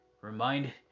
remind